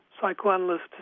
psychoanalyst